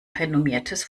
renommiertes